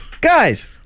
Guys